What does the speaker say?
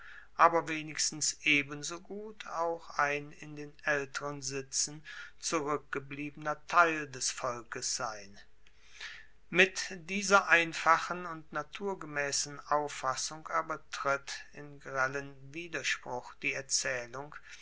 aber wenigstens ebenso gut auch ein in den aelteren sitzen zurueckgebliebener teil des volks sein mit dieser einfachen und naturgemaessen auffassung aber tritt in grellen widerspruch die erzaehlung